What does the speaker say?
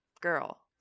girl